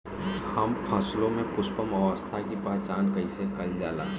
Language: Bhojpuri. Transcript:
हम फसलों में पुष्पन अवस्था की पहचान कईसे कईल जाला?